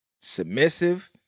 submissive